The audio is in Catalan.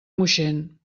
moixent